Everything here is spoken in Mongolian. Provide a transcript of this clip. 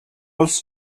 улс